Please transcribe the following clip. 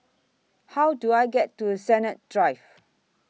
How Do I get to Sennett Drive